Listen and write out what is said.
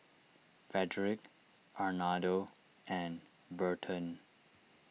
Frederic Arnoldo and Burton